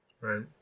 Right